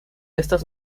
estas